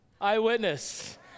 eyewitness